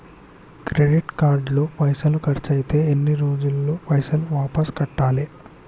Credit card లో పైసల్ ఖర్చయితే ఎన్ని రోజులల్ల పైసల్ వాపస్ కట్టాలే?